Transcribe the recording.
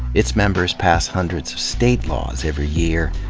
its members pass hundreds of state laws every year,